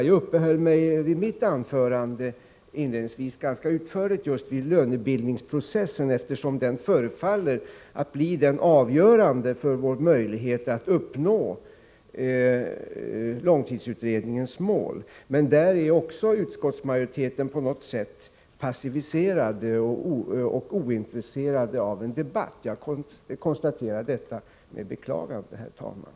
I mitt anförande uppehöll jag mig inledningsvis ganska utförligt just vid lönebildningsprocessen, eftersom den förefaller att bli avgörande för vår möjlighet att uppnå långtidsutredningens mål. Men även där är utskottsmajoriteten på något sätt passiviserad och ointresserad av en debatt. Jag konstaterar detta med beklagande, herr talman.